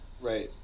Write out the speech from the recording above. Right